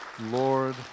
Lord